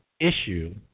issue